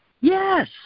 Yes